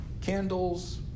candles